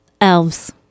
Elves